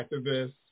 activists